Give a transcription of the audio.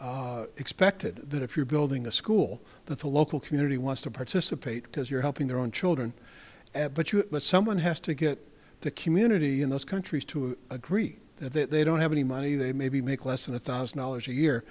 is expected that if you're building a school that the local community wants to participate because you're helping their own children but you someone has to get the community in those countries to agree that they don't have any money they maybe make less than a thousand dollars a year